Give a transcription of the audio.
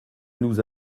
nous